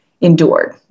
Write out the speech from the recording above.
endured